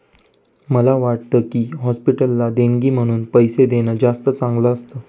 मला वाटतं की, हॉस्पिटलला देणगी म्हणून पैसे देणं जास्त चांगलं असतं